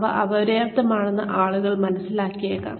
ഇവ അപര്യാപ്തമാണെന്ന് ആളുകൾ മനസ്സിലാക്കിയേക്കാം